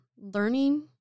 learning